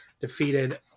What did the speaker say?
defeated